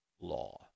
law